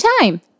time